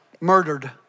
murdered